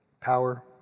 power